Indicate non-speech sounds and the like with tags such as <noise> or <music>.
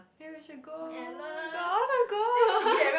hey we should go my god I want to go <laughs>